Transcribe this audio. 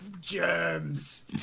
germs